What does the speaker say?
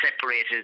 separated